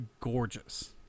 gorgeous